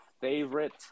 favorite